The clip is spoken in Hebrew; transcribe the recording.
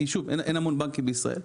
כי אין המון בנקים בישראל.